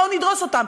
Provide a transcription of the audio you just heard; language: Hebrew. בואו נדרוס אותם.